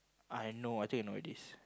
I know I think I know what is this